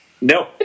No